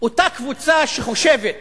שחושבת